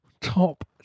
top